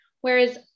Whereas